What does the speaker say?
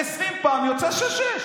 20 פעם יוצא שש-שש.